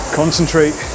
concentrate